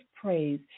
praise